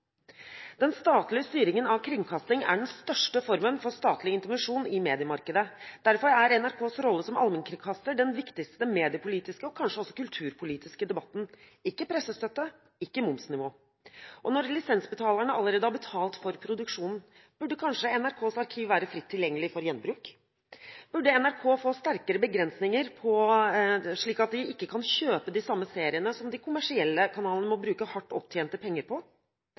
Den statlige styringen av kringkasting er den største formen for statlig intervensjon i mediemarkedet. Derfor er NRKs rolle som allmennkringkaster den viktigste mediepolitiske og kanskje også kulturpolitiske debatten – ikke pressestøtte, ikke momsnivå. Og når lisensbetalerne allerede har betalt for produksjonen, burde kanskje NRKs arkiv være fritt tilgjengelig for gjenbruk? Burde NRK få sterkere begrensninger, slik at de ikke kan kjøpe de samme seriene som de kommersielle kanalene må bruke hardt opptjente penger på?